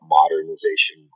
modernization